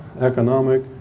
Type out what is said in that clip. economic